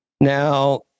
Now